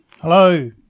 Hello